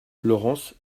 laurence